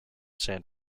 san